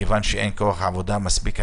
מכיוון שאין כוח עבודה מספיק.